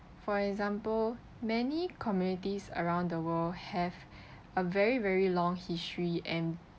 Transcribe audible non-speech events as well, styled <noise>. for example many communities around the world have <breath> a very very long history and